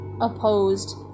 opposed